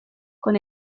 con